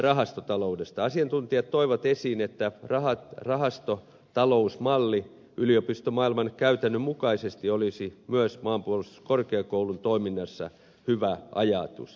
asiantuntijat toivat esiin että rahastotalousmalli yliopistomaailman käytännön mukaisesti olisi myös maanpuolustuskorkeakoulun toiminnassa hyvä ajatus